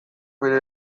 bere